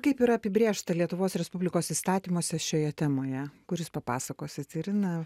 kaip yra apibrėžta lietuvos respublikos įstatymuose šioje temoje kuris papasakosit irina